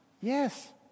Yes